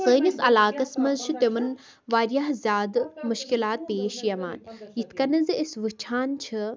سٲنِس علاقَس منٛز چھِ تِمَن وارِیاہ زیادٕ مُشکِلات پیش یِوان یِتھ کَنَتھ زِ أسۍ وٕچھان چھِ